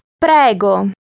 Prego